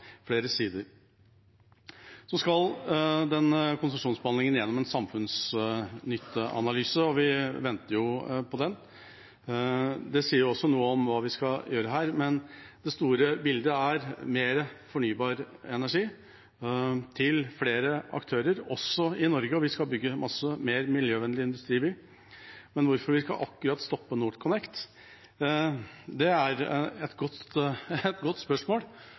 flere sider. Denne konsesjonsbehandlingen skal gjennom en samfunnsnytteanalyse, og vi venter på den. Det sier også noe om hva vi skal gjøre her. Men det store bildet er mer fornybar energi til flere aktører, også i Norge – og vi skal bygge mye mer av miljøvennlig industri. Men hvorfor vi skal stoppe akkurat NorthConnect, er et godt